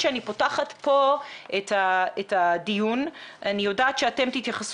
בגלל זה אנחנו גם כינסנו בהחלטת הדיון הזה שהכותרת